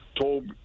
told